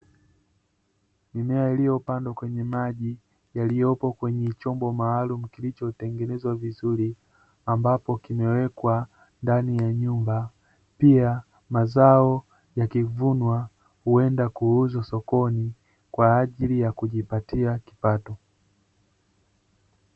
Mimea iliyopandwa kwenye maji yaliyopo kwenye chombo maalumu kilichotengenezwa vizuri, ambapo kimewekwa ndani ya nyumba, pia mazao yakivunwa huenda kuuzwa sokoni kwa ajili ya kujipatia kipato.